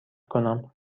کنم